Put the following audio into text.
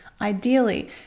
ideally